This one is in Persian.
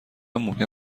ممکن